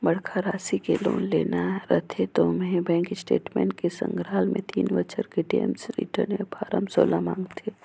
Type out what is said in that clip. बड़खा रासि के लोन लेना रथे त ओम्हें बेंक स्टेटमेंट के संघराल मे तीन बछर के टेम्स रिर्टन य फारम सोला मांगथे